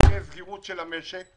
ותהיה סגירות של המשק,